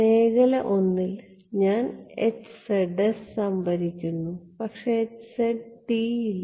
മേഖല I ൽ ഞാൻ സംഭരിക്കുന്നു പക്ഷേ ഇല്ല